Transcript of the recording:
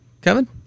Kevin